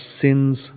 sins